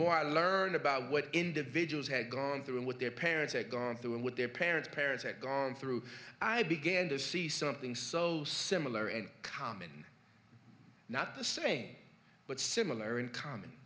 more i learned about what individuals had gone through and what their parents had gone through and what their parents parents had gone through i began to see something so similar and common not the same but similar in common